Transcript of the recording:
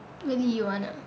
go eat 鱼丸 ah